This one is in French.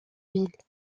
ville